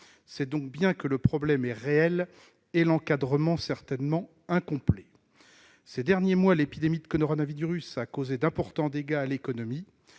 restrictives. Le problème existe donc bien et l'encadrement est certainement incomplet. Ces derniers mois, l'épidémie de coronavirus a causé d'importants dégâts à l'économie.